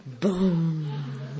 Boom